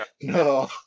No